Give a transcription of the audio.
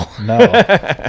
No